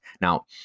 Now